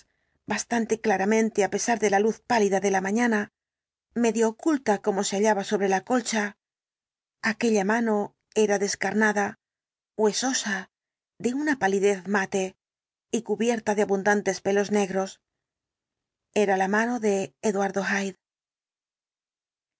bastante claramente á pesar de la luz pálida de la mañana medio oculta como se hallaba sobre la colcha aquella mano era explicación completa del caso descarnada huesosa de una palidez mate y cubierta de abundantes pelos negros era la mano de eduardo